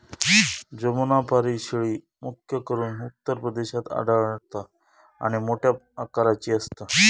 जमुनापारी शेळी, मुख्य करून उत्तर प्रदेशात आढळता आणि मोठ्या आकाराची असता